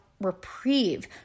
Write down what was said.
reprieve